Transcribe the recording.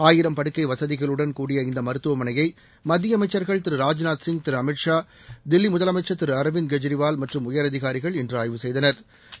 ஆயிரம் படுக்கை வசதிகளுடன் கூடிய இந்த மருத்துவமனையை மத்திய அமைச்சர்கள் திரு ராஜ்நாத்சிங் திரு அமித்ஷர் தில்லி முதலமைச்சா் திரு அரவிந்த் கெஜ்ரிவால் மற்றும் உயரதிகாரிகள் இன்று ஆய்வு செய்தனா்